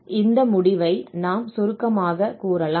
இந்த முடிவை நாம் சுருக்கமாகக் கூறலாம்